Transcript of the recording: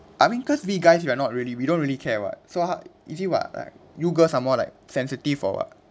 I mean because we guys are not really we don't really care [what] so how is it what like you girls are more like sensitive for what